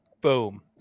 boom